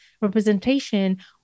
representation